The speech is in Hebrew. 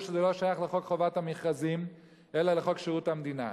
שזה לא שייך לחוק חובת המכרזים אלא לחוק שירות המדינה.